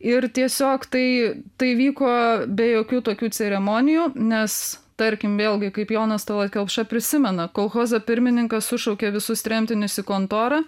ir tiesiog tai tai vyko be jokių tokių ceremonijų nes tarkim vėlgi kaip jonas tallat kelpša prisimena kolchozo pirmininkas sušaukė visus tremtinius į kontorą